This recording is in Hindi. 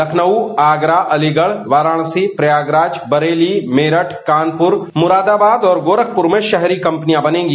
लखनऊ आगरा अलीगढ़ वाराणसी प्रयागराज बरेली मेरठ कानपुर मुरादाबाद और गोखपुर में शहरी कंपनियां बनेंगी